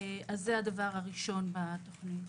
זה הדבר הראשון בתכנית.